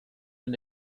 and